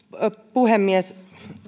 puhemies